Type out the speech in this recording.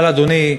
אבל, אדוני,